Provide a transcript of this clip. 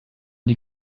die